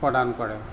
প্ৰদান কৰে